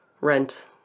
rent